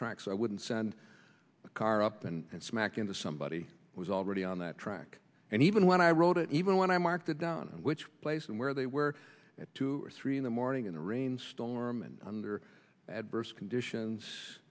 tracks i wouldn't send a car up and smack into somebody who was already on that track and even when i wrote it even when i marked it down and which place and where they were at two or three in the morning in a rainstorm and under adverse conditions